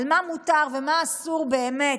מה מותר ומה אסור באמת,